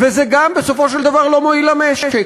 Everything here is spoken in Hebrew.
וזה גם בסופו של דבר לא מועיל למשק.